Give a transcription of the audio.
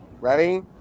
ready